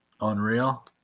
unreal